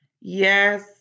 Yes